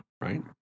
right